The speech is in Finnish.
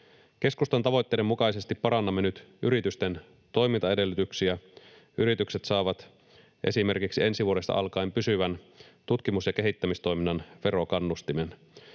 Keskustan tavoitteiden mukaisesti parannamme nyt yritysten toimintaedellytyksiä. Yritykset saavat esimerkiksi ensi vuodesta alkaen pysyvän tutkimus‑ ja kehittämistoiminnan verokannustimen.